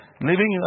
Living